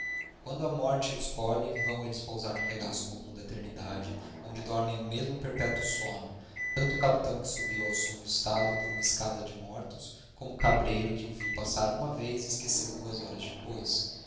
quando a morte os colhe vão eles pousar no regaço comum da eternidade onde dormem o mesmo perpétuo sono tanto o capitão que subiu ao sumo estado por uma escada de mortos como o cabreiro que o viu passar uma vez e o esqueceu duas horas depois